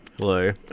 Hello